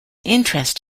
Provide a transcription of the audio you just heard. interest